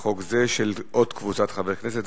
שהצעת חוק העונשין (תיקון מס' 112)